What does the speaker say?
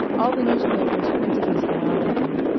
all the newspapers printed his biography,